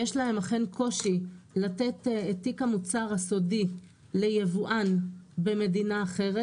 יש להם אכן קושי לתת את תיק המוצר הסודי ליבואן במדינה אחרת.